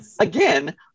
again